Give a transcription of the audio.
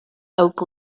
oak